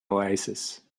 oasis